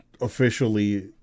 officially